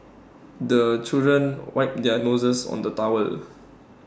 the children wipe their noses on the towel